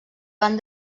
van